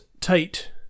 Tate